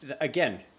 again